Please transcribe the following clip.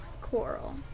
coral